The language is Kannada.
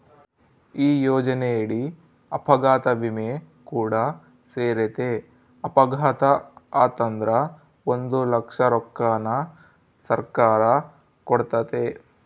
ಈ ಯೋಜನೆಯಡಿ ಅಪಘಾತ ವಿಮೆ ಕೂಡ ಸೇರೆತೆ, ಅಪಘಾತೆ ಆತಂದ್ರ ಒಂದು ಲಕ್ಷ ರೊಕ್ಕನ ಸರ್ಕಾರ ಕೊಡ್ತತೆ